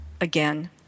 again